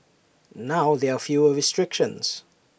now there are fewer restrictions